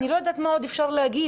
אני לא יודעת מה עוד אפשר להגיד.